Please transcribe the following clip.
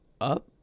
up